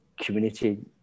community